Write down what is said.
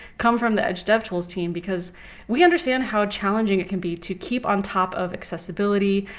come from the edge devtools team, because we understand how challenging it can be to keep on top of accessibility,